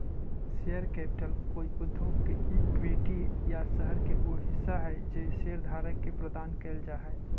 share capital कोई उद्योग के इक्विटी या शहर के उ हिस्सा हई जे शेयरधारक के प्रदान कैल जा हई